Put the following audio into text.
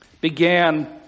began